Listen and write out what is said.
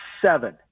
Seven